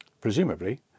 Presumably